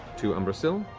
to umbrasyl.